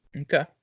Okay